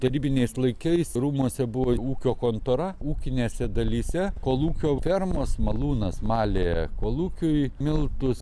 tarybiniais laikais rūmuose buvo ūkio kontora ūkinėse dalyse kolūkio fermos malūnas malė kolūkiui miltus